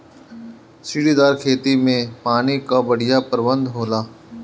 सीढ़ीदार खेती में पानी कअ बढ़िया प्रबंध होला